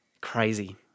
Crazy